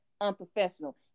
unprofessional